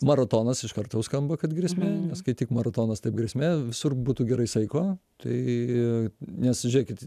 maratonas iš karto jau skamba kad grėsmė nes kai tik maratonas taip grėsmė visur būtų gerai saiko tai nes žiūrėkit